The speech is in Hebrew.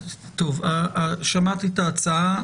שמעתי את ההצעה.